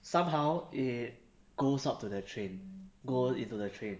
somehow it goes up to the train go into the train